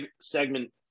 segment